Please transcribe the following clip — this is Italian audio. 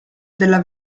della